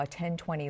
1020